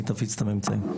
היא תפיץ את הממצאים.